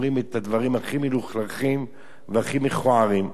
אומרים את הדברים הכי מלוכלכים והכי מכוערים.